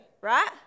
right